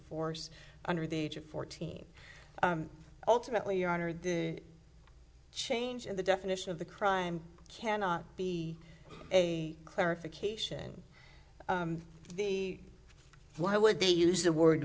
force under the age of fourteen ultimately your honor the change in the definition of the crime cannot be a clarification the why would they use the word